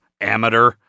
amateur